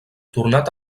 tornat